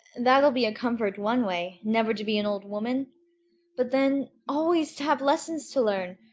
that'll be a comfort, one way never to be an old woman but then always to have lessons to learn!